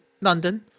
London